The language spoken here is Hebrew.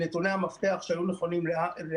נתוני המפתח שהיו נכונים אז הם: